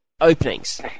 openings